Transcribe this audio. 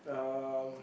um